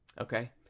okay